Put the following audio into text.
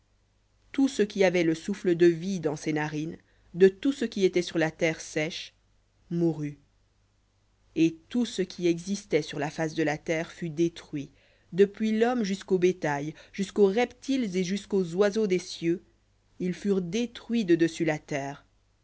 tout ce qui avait le souffle de vie dans ses narines de tout ce qui était sur la terre sèche mourut et tout ce qui existait sur la face de la terre fut détruit depuis l'homme jusqu'au bétail jusqu'aux reptiles et jusqu'aux oiseaux des cieux ils furent détruits de dessus la terre